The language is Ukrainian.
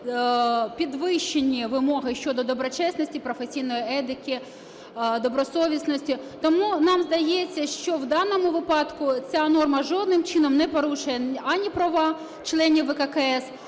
підвищені вимоги щодо доброчесності, професійної етики, добросовісності. Тому нам здається, що в даному випадку ця норма жодним чином не порушує ані права членів ВККС,